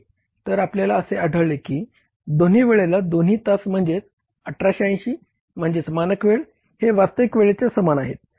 तर आपल्याला असे आढळले की दोन्ही वेळेला दोन्ही तास म्हणजेच 1880 म्हणजेच मानक वेळ हे वास्तविक वेळेच्या समान आहेत